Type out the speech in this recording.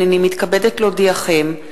הנני מתכבדת להודיעכם,